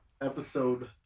episode